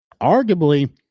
arguably